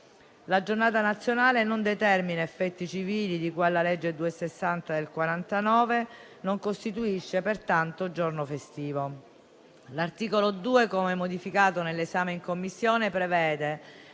La Giornata nazionale non determina effetti civili di cui alla legge n. 260 del 1949 e non costituisce pertanto giorno festivo. L'articolo 2, come modificato nell'esame in Commissione, prevede